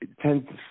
tends